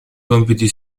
compiti